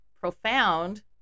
profound